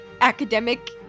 academic